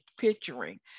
picturing